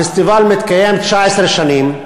הפסטיבל מתקיים 19 שנים.